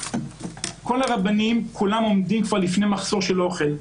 כל הרבנים, כולם כבר עומדים לפני מחסור של אוכל,